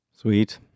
Sweet